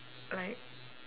like